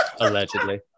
Allegedly